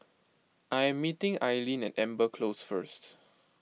I am meeting Aileen at Amber Close first